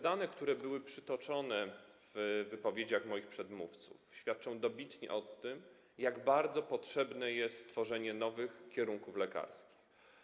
Dane, które były przytoczone w wypowiedziach moich przedmówców, dobitnie świadczą o tym, jak bardzo potrzebne jest tworzenie nowych kierunków lekarskich.